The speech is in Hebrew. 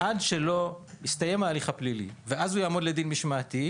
עד שלא יסתיים ההליך הפלילי והוא יעמוד לדין משמעתי,